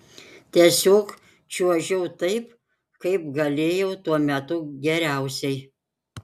tiesiog čiuožiau taip kaip galėjau tuo metu geriausiai